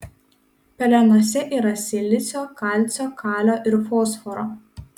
pelenuose yra silicio kalcio kalio ir fosforo